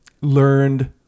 Learned